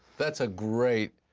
that's a great,